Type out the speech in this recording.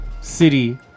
City